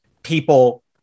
people